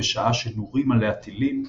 בשעה שנורים עליה טילים,